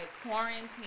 quarantine